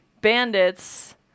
Bandits